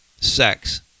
Sex